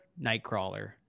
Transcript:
Nightcrawler